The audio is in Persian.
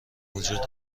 وجود